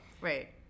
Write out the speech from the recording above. right